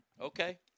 okay